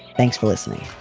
thanks for listening